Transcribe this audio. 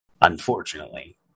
Unfortunately